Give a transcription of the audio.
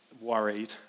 worried